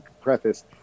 preface